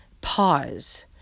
pause